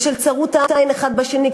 ושל צרות העין אחד כלפי השני.